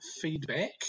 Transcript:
feedback